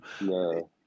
no